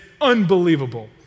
unbelievable